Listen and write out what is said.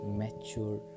mature